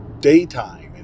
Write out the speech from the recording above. daytime